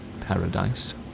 paradise